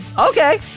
Okay